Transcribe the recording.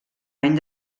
any